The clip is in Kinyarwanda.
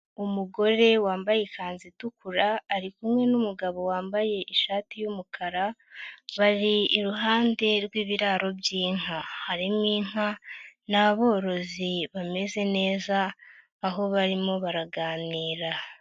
Umugore wambaye ikanzu itukura arikumwe n'umugabo wambaye ishati y'umukara, bari iruhande rw'ibiraro by'inka. Harimo inka n'aborozi bameze neza, aho barimo baraganira.